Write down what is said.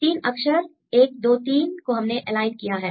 3 अक्षर 1 2 3 को हमने एलाइन किया है